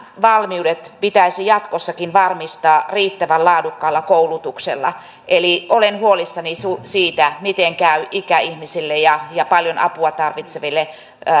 valmiudet pitäisi jatkossakin varmistaa riittävän laadukkaalla koulutuksella eli olen huolissani siitä miten käy ikäihmisille ja ja paljon apua tarvitseville